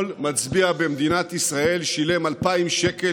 כל מצביע במדינת ישראל שילם 2,000 שקל